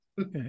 Okay